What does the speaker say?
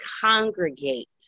congregate